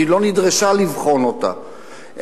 כי היא לא נדרשה לבחון אותה,